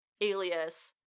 Alias